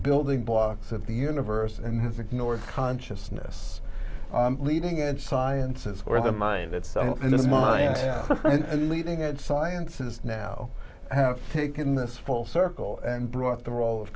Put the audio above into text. building blocks of the universe and has ignored consciousness leading edge science as were the mind itself and the mind and leading edge science is now have taken this full circle and brought the role of